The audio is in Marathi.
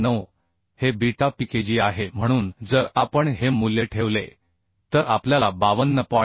9 हे बीटा Pkg आहे म्हणून जर आपण हे मूल्य ठेवले तर आपल्याला 52